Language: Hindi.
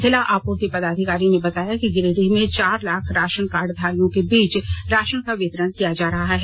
जिला आपूर्ति पदाधिकारी ने बताया कि गिरिडीह में चार लाख राशनकार्ड धारियों के बीच राशन का वितरण किया जा रहा है